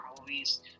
movies